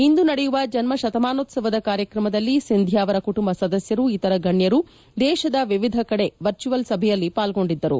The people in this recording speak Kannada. ಇಂದು ನಡೆಯುವ ಜನ್ನತಮಾನೋತ್ಸವದ ಕಾರ್ಯಕ್ರಮದಲ್ಲಿ ಸಿಂಧಿಯಾ ಅವರ ಕುಟುಂಬ ಸದಸ್ನರು ಇತರ ಗಣ್ಣರು ದೇಶದ ವಿವಿಧ ಕಡೆಗಳಲ್ಲಿ ವರ್ಚುಯಲ್ ಸಭೆಯಲ್ಲಿ ಪಾಲ್ಗೊಂಡಿದ್ದರು